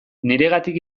niregatik